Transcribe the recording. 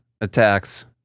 attacks